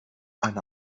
eine